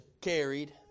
carried